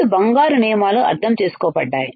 రెండు బంగారు నియమాలు అర్థం చేసుకోబడ్డాయి